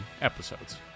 episodes